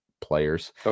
players